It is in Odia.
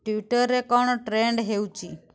ଟ୍ୱିଟରରେ କ'ଣ ଟ୍ରେଣ୍ଡ୍ ହେଉଛି